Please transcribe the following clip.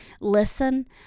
Listen